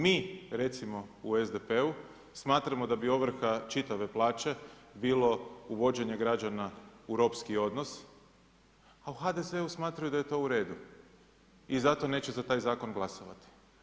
Mi recimo u SDP-u smatramo da bi ovrha čitave plaće bilo uvođenje građana u ropski odnos a u HDZ-u smatraju da je to u redu i zato neće za taj zakon glasovati.